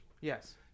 Yes